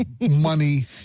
money